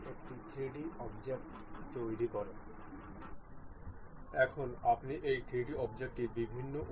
এই কব্জা মেট এছাড়াও আমাদের কোণ সীমা নির্দিষ্ট করতে পারবেন